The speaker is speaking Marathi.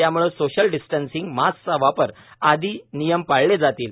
त्यामुळे सोशल डिस्टन्सिंग मास्कचा वापर आदी नियम पाळले जातील